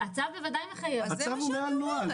ההוראות האלה איך שאנחנו רואים אותן,